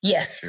Yes